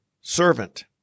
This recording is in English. servant